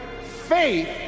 faith